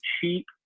cheap